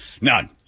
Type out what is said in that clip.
None